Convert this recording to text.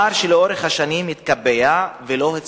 פער שלאורך השנים התקבע ולא הצטמצם.